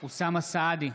אוסאמה סעדי,